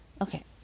Okay